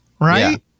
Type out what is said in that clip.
Right